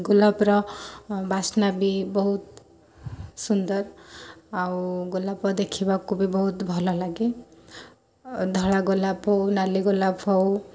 ଗୋଲାପର ବାସ୍ନାବି ବହୁତ ସୁନ୍ଦର ଆଉ ଗୋଲାପ ଦେଖିବାକୁ ବି ବହୁତ ଭଲ ଲାଗେ ଧଳା ଗୋଲାପ ହଉ ନାଲି ଗୋଲାପ ହଉ